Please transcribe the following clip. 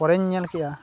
ᱯᱚᱨᱮᱧ ᱧᱮᱞ ᱠᱮᱜᱼᱟ